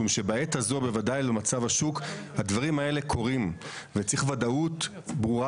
במצב השוק הנוכחי הדברים האלה קורים וצריך ודאות ברורה